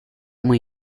muy